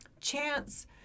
chance